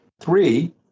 Three